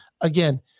again